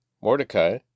Mordecai